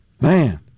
Man